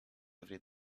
every